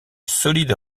solide